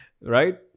right